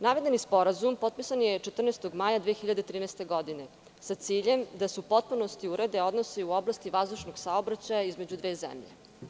Navedeni Sporazum je potpisan 14. maja 2013. godine sa ciljem da se u potpunosti urede odnosi u oblasti vazdušnog saobraćaja između dve zemlje.